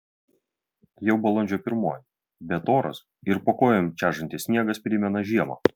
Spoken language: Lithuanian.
jau balandžio pirmoji bet oras ir po kojom čežantis sniegas primena žiemą